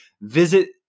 visit